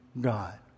god